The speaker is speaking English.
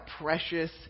precious